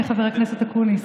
חבר הכנסת אקוניס?